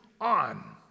on